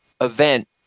event